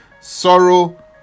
sorrow